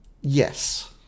Yes